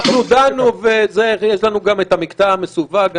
דנו בזה, ויש לנו גם את המקטע המסווג.